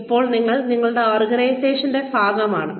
ഇപ്പോൾ നിങ്ങൾ നിങ്ങളുടെ ഓർഗനൈസേഷന്റെ ഭാഗമാണ്